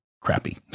crappy